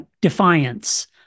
defiance